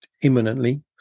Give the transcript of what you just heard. imminently